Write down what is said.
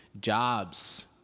jobs